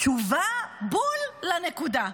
תשובה בול לנקודה.